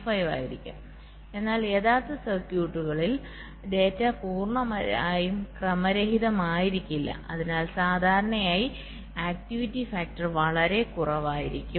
25 ആയിരിക്കും എന്നാൽ യഥാർത്ഥ സർക്യൂട്ടുകളിൽ ഡാറ്റ പൂർണ്ണമായും ക്രമരഹിതമായിരിക്കില്ല അതിനാൽ സാധാരണയായി ആക്ടിവിറ്റി ഫാക്ടർവളരെ കുറവായിരിക്കും